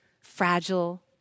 fragile